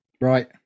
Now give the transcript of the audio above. Right